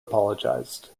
apologized